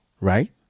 right